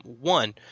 One